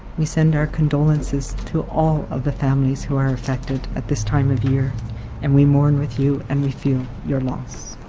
we send our condolences to all of the families who are affected at this time of year and we mourn with you and we feel your loss.